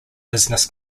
business